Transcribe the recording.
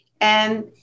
And-